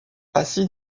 assis